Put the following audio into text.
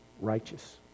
righteous